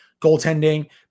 Goaltending